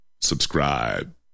subscribe